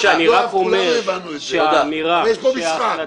יואב, כולנו הבנו את זה אבל יש פה משחק.